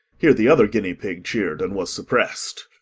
here the other guinea-pig cheered, and was suppressed.